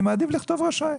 אז אני מעדיף לכתוב רשאי.